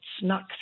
snuck